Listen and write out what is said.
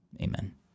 Amen